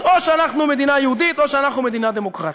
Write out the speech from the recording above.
אז או שאנחנו מדינה יהודית או שאנחנו מדינה דמוקרטית.